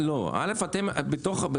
אם עכשיו מתקשרים לבן אדם.